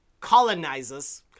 colonizers